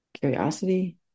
curiosity